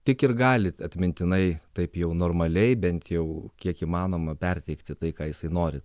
tik ir galit atmintinai taip jau normaliai bent jau kiek įmanoma perteikti tai ką jisai nori